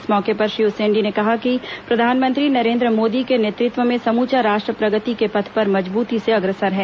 इस मौके पर श्री उसेंडी ने कहा कि प्रधानमंत्री नरेन्द्र मोदी के नेतृत्व में समुचा राष्ट्र प्रगति के पथ पर मजबूती से अग्रसर है